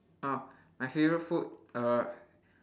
oh my favourite food err